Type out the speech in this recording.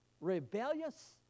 rebellious